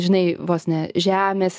žinai vos ne žemės